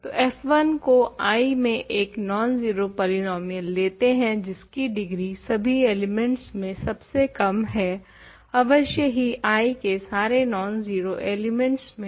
तो f1 को I में एक नॉन जीरो पॉलीनोमियल लेते हें जिसकी डिग्री सभी एलिमेंट्स में सबसे कम है अवश्य ही I के सारे नॉन जीरो एलिमेंट्स में